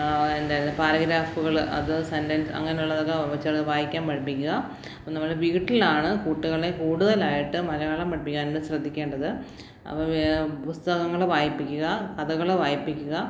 പാരഗ്രാഫുകള് അത് സെൻറ്റെൻസ് അങ്ങനുള്ളതൊക്കെ ചിലത് വായിക്കാൻ പഠിപ്പിക്കുക നമ്മുടെ വീട്ടിലാണ് കുട്ടികളെ കൂടുതലായിട്ടും മലയാളം പഠിപ്പിക്കാൻ ശ്രദ്ധിക്കേണ്ടത് അവരെ പുസ്തകങ്ങള് വായിപ്പിക്കുക കഥകള് വായിപ്പിക്കുക